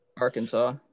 Arkansas